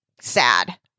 sad